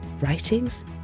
writings